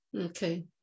Okay